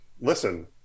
listen